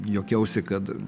juokiausi kad